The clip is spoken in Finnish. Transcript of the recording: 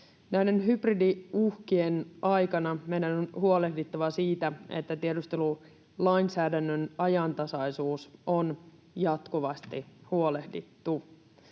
hybridiuhkien aikana meidän on huolehdittava siitä, että tiedustelulainsäädännön ajantasaisuudesta on jatkuvasti huolehdittu.